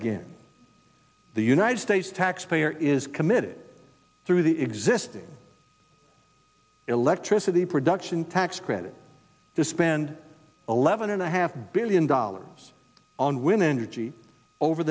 again the united states taxpayer is committed through the existing electricity production tax credit to spend eleven and a half billion dollars on when energy over